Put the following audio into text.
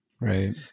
Right